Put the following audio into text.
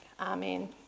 Amen